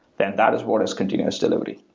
then that is what is continuous delivery.